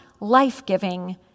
life-giving